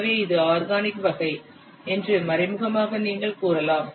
எனவே இது ஆர்கானிக் வகை என்று மறைமுகமாக நீங்கள் கூறலாம்